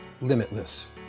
limitless